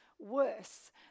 worse